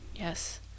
Yes